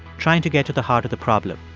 trying to get to the heart of the problem